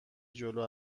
جلو